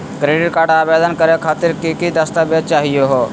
Credit card आवेदन करे खातिर की की दस्तावेज चाहीयो हो?